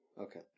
Okay